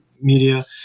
media